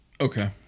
Okay